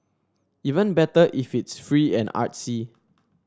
even better if it's free and artsy